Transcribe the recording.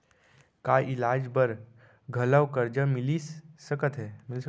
का इलाज बर घलव करजा मिलिस सकत हे?